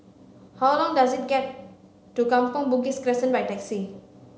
how long does it get to Kampong Bugis Crescent by taxi